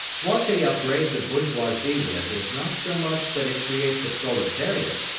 what they upbraid the bourgeoisie with is not so much that it creates a proletariat,